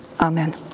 Amen